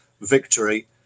victory